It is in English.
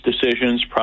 decisions